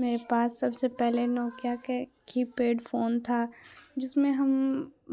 میرے پاس سب سے پہلے نوکیا کے کی پیڈ فون تھا جس میں ہم